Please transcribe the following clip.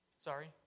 Sorry